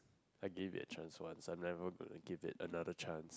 I gave it a chance once I'm never gonna give that another chance